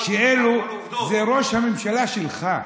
זה ראש הממשלה שלך.